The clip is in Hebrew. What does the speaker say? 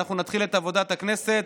ואנחנו נתחיל את עבודת הכנסת,